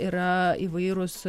yra įvairūs